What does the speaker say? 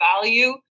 value